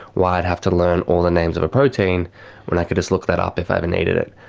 why i'd have to learn all the names of a protein when i could just look that up if i ever needed it.